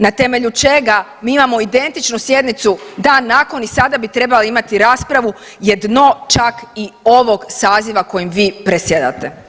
Na temelju čega mi imamo identičnu sjednicu dan nakon i sada bi trebali imati raspravu je dno čak i ovog saziva kojem vi predsjedate.